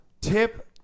Tip